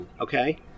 Okay